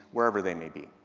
wherever they may be.